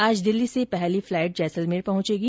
आज दिल्ली से पहली फ्लाईट जैसलमेर पहुंचेगी